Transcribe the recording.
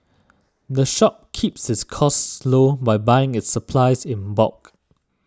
the shop keeps its costs low by buying its supplies in bulk